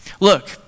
Look